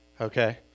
okay